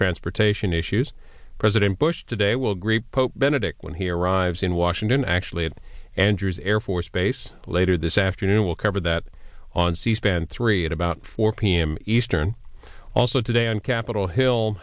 transportation issues president bush today will greet pope benedict when he arrives in washington actually it andrews air force base later this afternoon we'll cover that on c span three at about four p m eastern also today on capitol hill